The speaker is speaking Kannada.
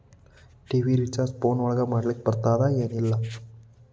ಟಿ.ವಿ ರಿಚಾರ್ಜ್ ಫೋನ್ ಒಳಗ ಮಾಡ್ಲಿಕ್ ಬರ್ತಾದ ಏನ್ ಇಲ್ಲ?